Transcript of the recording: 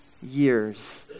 years